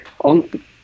On